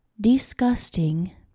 disgusting